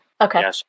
Okay